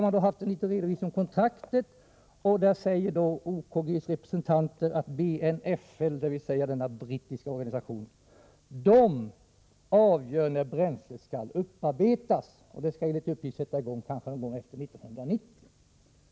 Man redovisar kontraktet, och OKG:s representanter säger att BNFL avgör när bränslet skall upparbetas. Enligt uppgift skall detta kanske starta någon gång efter 1990.